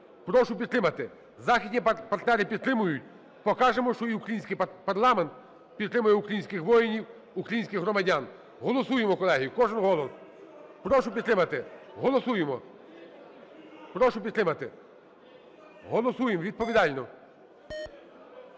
Прошу підтримати. Західні партнери підтримають. Покажемо, що і українській парламент підтримує українських воїнів, українських громадян. Голосуємо, колеги, кожен голос. Прошу підтримати. Голосуємо. Прошу підтримати. Голосуємо відповідально.